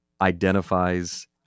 identifies